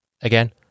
Again